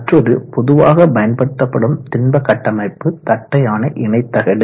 மற்றோரு பொதுவாக பயன்படுத்தப்படும் திண்ம கட்டமைப்பு தட்டையான இணை தகடு